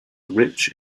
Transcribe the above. rich